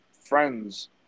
friends